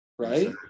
Right